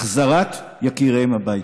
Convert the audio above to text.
החזרת יקיריהן הביתה.